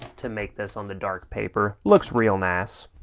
to make this on the dark paper, looks real nice.